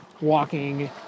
walking